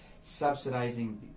subsidizing